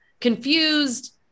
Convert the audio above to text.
confused